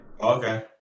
Okay